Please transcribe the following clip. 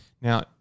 Now